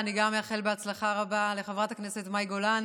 אני גם אאחל בהצלחה רבה לחברת הכנסת מאי גולן,